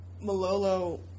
Malolo